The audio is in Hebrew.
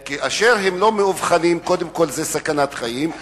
שכאשר הם לא מאובחנים, זו קודם כול סכנת חיים,